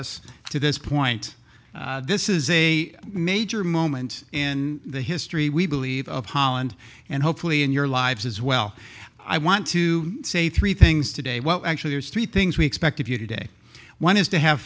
us to this point this is a major moment in the history we believe of holland and hopefully in your lives as well i want to say three things today well actually there's three things we expect of you today one is to have